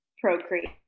procreate